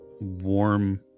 warm